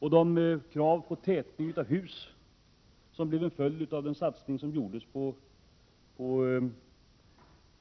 De krav på 10 december 1987 tätbyggda hus som blev en följd av den satsning som gjordes på